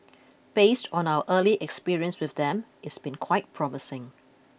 based on our early experience with them it's been quite promising